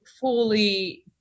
fully